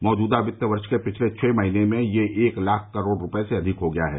मौजूदा वित्त वर्ष के पिछले छह महीने में यह एक लाख करोड़ रुपये से अधिक हो गया है